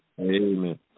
Amen